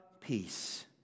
Peace